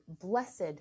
blessed